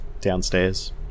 downstairs